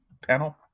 panel